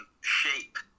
shape